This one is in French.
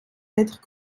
être